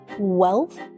wealth